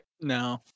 No